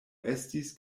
estis